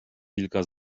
wilka